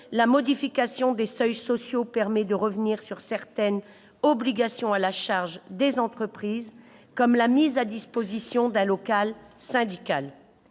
la modification des seuils sociaux permet de revenir sur certaines obligations à la charge des entreprises, comme la mise à disposition d'un local syndical.